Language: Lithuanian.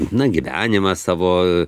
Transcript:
na gyvenimą savo